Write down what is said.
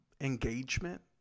engagement